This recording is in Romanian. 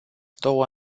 două